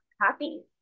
happy